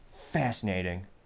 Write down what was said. fascinating